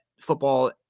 football